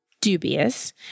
dubious